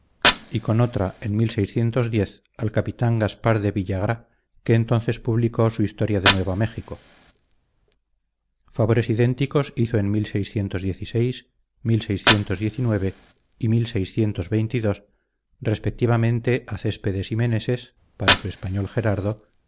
y con otra en al capitán gaspar de villagrá que entonces publicó su historia de nueva méjico favores idénticos hizo en y respectivamente a céspedes y meneses para su español gerardo